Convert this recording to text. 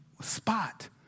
spot